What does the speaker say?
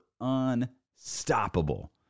unstoppable